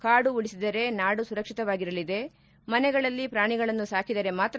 ಕಾಡು ಉಳಿಸಿದರೆ ನಾಡು ಸುರಕ್ಷಿತವಾಗಿರಲಿದೆ ಮನೆಗಳಲ್ಲಿ ಪ್ರಾಣಿಗಳನ್ನು ಸಾಕಿದರೆ ಮಾತ್ರ